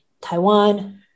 Taiwan